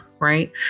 right